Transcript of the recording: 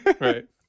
Right